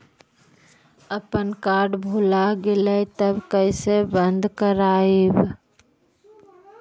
अपन कार्ड भुला गेलय तब कैसे बन्द कराइब?